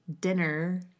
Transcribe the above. dinner